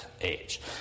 age